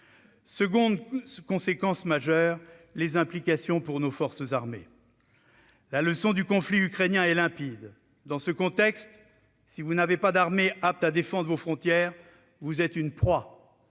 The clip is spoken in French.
de cette guerre tient à ses implications pour nos forces armées. La leçon du conflit ukrainien est limpide. Dans ce contexte, si vous n'avez pas d'armée apte à défendre vos frontières, vous êtes une proie.